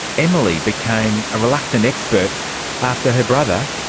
emily became a reluctant expert after her brother,